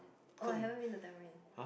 oh I haven't win the